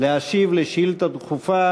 להשיב על שאילתה דחופה